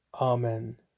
Amen